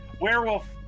Werewolf